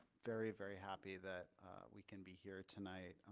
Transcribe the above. very, very happy that we can be here tonight.